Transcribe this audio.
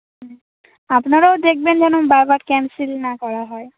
হুম আপনারাও দেখবেন যেন বারবার ক্যানসেল না করা হয়